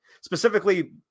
Specifically